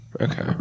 Okay